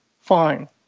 fine